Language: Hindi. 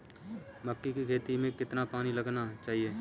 मक्के की खेती में कितना पानी लगाना चाहिए?